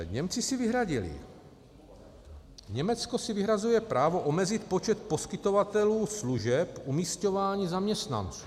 Němci si vyhradili, Německo si vyhrazuje právo omezit počet poskytovatelů služeb umísťování zaměstnanců.